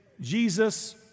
Jesus